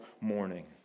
morning